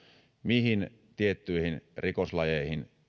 mihin tiettyihin rikoslajeihin